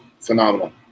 phenomenal